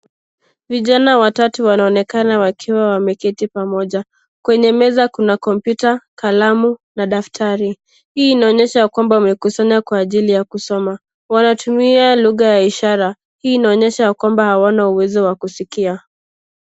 Vijana watatu wanaonekana wakiwa wameketi pamoja. Kwenye meza kuna kompyuta, kalamu na daftari. Hii inaonyesha ya kwamba wamekusanya kwa ajili ya kusoma. Wanatumia lugha ya ishara. Hii inaonyesha ya kwamba hawana uwezo wa kuskia.